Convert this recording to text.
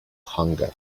hunger